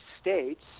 States